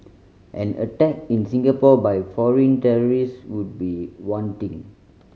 an attack in Singapore by foreign terrorists would be one thing